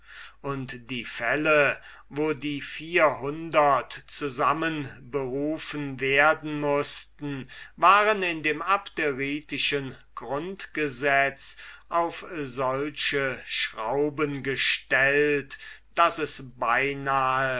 und die fälle wo die vierhundert zusammenberufen werden mußten waren in dem abderitischen grundgesetz auf solche schrauben gesetzt daß es beinahe